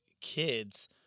kids